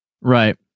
right